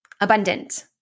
abundant